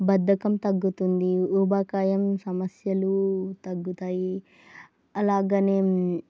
బద్ధకం తగ్గుతుంది ఊబకాయం సమస్యలు తగ్గుతాయి అలాగే